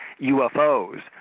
UFOs